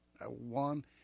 One